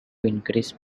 increase